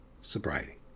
sobriety